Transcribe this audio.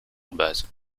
base